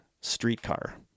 streetcar